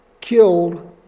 killed